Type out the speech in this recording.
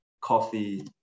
coffee